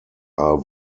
are